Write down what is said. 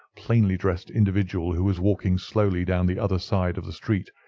plainly-dressed individual who was walking slowly down the other side of the street,